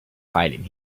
fighting